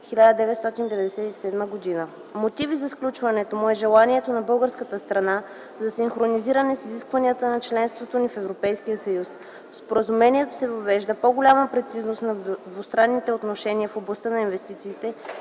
1997 г. Мотив за сключването му е желанието на българската страна за синхронизиране с изискванията на членството ни в Европейския съюз. В Споразумението се въвежда по–голяма прецизност на двустранните отношения в областта на инвестициите,